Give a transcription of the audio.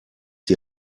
die